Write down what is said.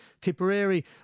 Tipperary